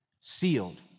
sealed